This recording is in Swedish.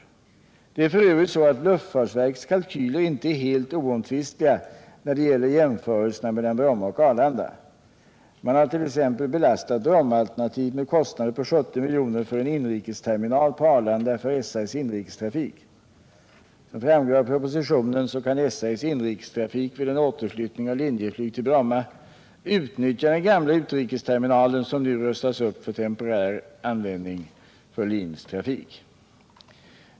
Det är f. ö. så, att luftfartsverkets kalkyler inte är helt oomtvistliga när det gäller jämförelserna mellan Bromma och Arlanda. Man har t.ex. belastat Brommaalternativet med kostnader på 70 milj.kr. för en inrikesterminal på Arlanda för SAS inrikestrafik. Som framgår av propositionen kan SAS inrikestrafik — vid en återflyttning av Linjeflyg till Bromma — utnyttja den gamla utrikesterminalen som nu rustas upp för temporär användning för Linjeflygs trafik.